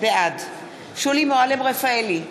בעד שולי מועלם-רפאלי,